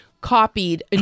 copied